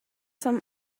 some